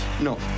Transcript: No